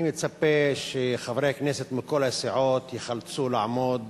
אני מצפה שחברי הכנסת מכל הסיעות ייחלצו לעמוד